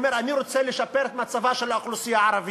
ואומר: אני רוצה לשפר את מצבה של האוכלוסייה הערבית.